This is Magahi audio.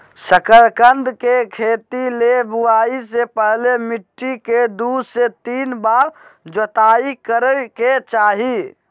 शकरकंद के खेती ले बुआई से पहले मिट्टी के दू से तीन बार जोताई करय के चाही